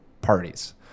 parties